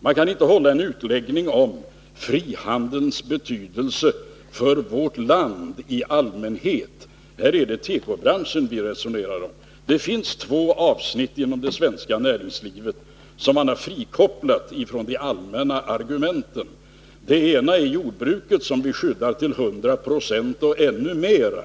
Man kan inte göra en utläggning om frihandelns betydelse i vårt land i allmänhet — här är det tekobranschen vi resonerar om. Det finns två avsnitt av det svenska näringslivet som man har frikopplat från de allmänna argumenten. Det ena är jordbruket, som vi skyddar till 100 96 och ännu mera,